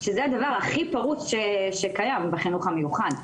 שזה הדבר הכי פרוץ שקיים בחינוך המיוחד.